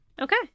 Okay